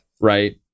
right